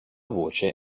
voce